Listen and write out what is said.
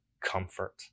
comfort